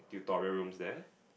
tutorial rooms there